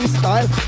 style